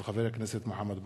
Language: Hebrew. הצעתו של חבר הכנסת מוחמד ברכה.